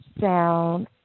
sound